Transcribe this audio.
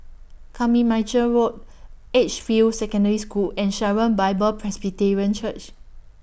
Carmichael Road Edgefield Secondary School and Sharon Bible Presbyterian Church